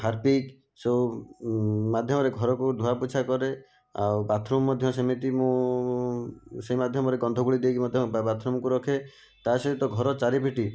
Harpic ସବୁ ମାଧ୍ୟମରେ ଘରକୁ ଧୁଆ ପୁଛା କରେ ଆଉ ବାଥରୁମ ମଧ୍ୟ ସେମିତି ମୁଁ ସେହି ମାଧ୍ୟମରେ ଗନ୍ଧ ଗୋଳି ଦେଇକି ମଧ୍ୟ ବାଥରୁମ କୁ ରଖେ ତା ସହିତ ଘର ଚାରିପଟେ